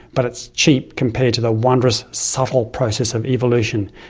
but it's cheap compared to the wondrous, subtle process of evolution.